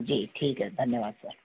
जी ठीक है धन्यवाद सर